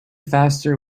faster